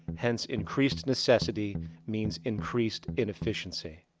hence, increased necessity means increased inefficiency.